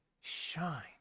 shine